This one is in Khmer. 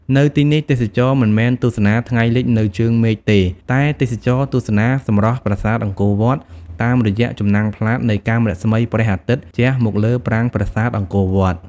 នៅទីនេះ ទេសចរមិនមែនទស្សនាថ្ងៃលិចនៅឯជើងមេឃទេ តែទេសចរទស្សនាសម្រស់ប្រាសាទអង្គរវត្តតាមរយៈចំណាំងផ្លាតនៃកាំរស្មីព្រះអាទិត្យជះមកលើប្រាង្គប្រាសាទអង្គរវត្ត។